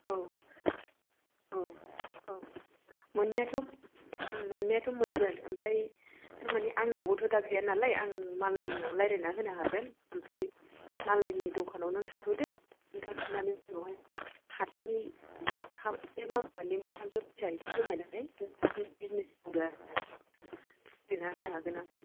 औ औ औ मोननायाथ' उम मोननायाथ' मोनगोन आमफ्राय थारमानि आंनावबोथ' दा गैया नालाय आं मालायनिआव रायज्लायनानै होनो हागोन आमफ्राय मालाइनि दखानाव नों थाथ'दो नों थाथ'नायनि उनाव हाय हारसिंङै बे मास मोननै मोनथामखौ फैसा एसे जमाय नानै नों हारसिङै बिजनेसखौ खुलि आरो ना खुलिनानै होनो हागोन आं